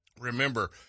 Remember